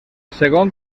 segon